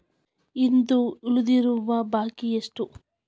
ಇಂದು ಉಳಿದಿರುವ ಬಾಕಿ ಎಷ್ಟು?